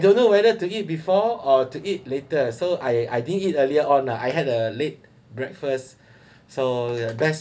I don't know whether to eat before or to eat later so I I didn't eat earlier on uh I had a late breakfast so best